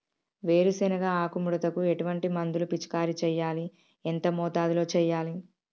వేరుశెనగ ఆకు ముడతకు ఎటువంటి మందును పిచికారీ చెయ్యాలి? ఎంత మోతాదులో చెయ్యాలి?